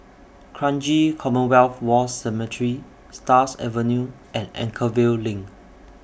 Kranji Commonwealth War Cemetery Stars Avenue and Anchorvale LINK